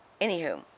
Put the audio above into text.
anywho